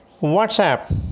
WhatsApp